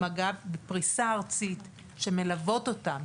בפריסה ארצית, שמלוות אותן.